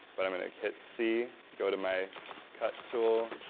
but i'm going to his c, go to my cut tool,